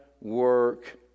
work